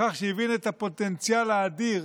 בכך שהבין את הפוטנציאל האדיר